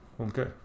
Okay